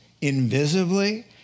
invisibly